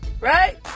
right